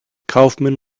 kaufman